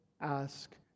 ask